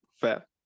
Fair